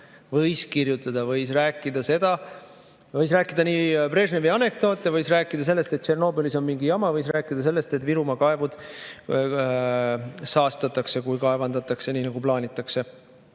Võis rääkida, võis kirjutada. Võis rääkida Brežnevist anekdoote, võis rääkida sellest, et Tšornobõlis on mingi jama, võis rääkida sellest, et Virumaa kaevud saastatakse, kui kaevandatakse nii, nagu plaanitakse.